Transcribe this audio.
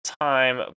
time